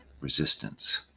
resistance